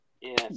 Yes